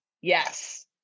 yes